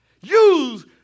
Use